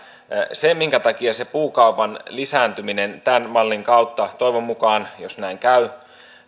se minkä takia se puukaupan lisääntyminen tämän mallin kautta toivon mukaan jos näin käy